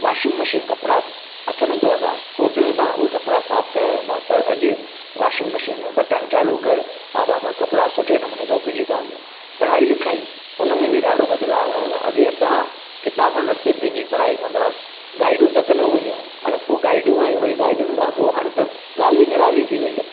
washing machine कपिड़ा हथ में धोअंदा हुआसीं सोटिनि सां उहे कपिड़ा साफ़ु कया वेंदा पर अॼु वॉशिंग मशीन में बटणु चालू कर हा बाबा कपिड़ा सुठे नमूने धोपिजी था वञनि पढ़ाई लिखाई उनमें बि ॾाढो बदलाउ आयो आहे अॻें असां किताबनि रस्ते पंहिंजी पढ़ाई कंदा हुआसीं गाइडूं तक न हूंदियूं हाणे पोइ गाइडियूं आहियूं वरी गाइडियुनि खां पोइ हाणे त ॻाल्हि ई निराली थी वई आहे